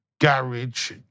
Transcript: garage